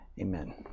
Amen